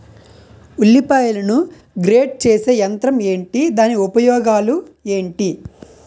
ఉల్లిపాయలను గ్రేడ్ చేసే యంత్రం ఏంటి? దాని ఉపయోగాలు ఏంటి?